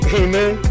amen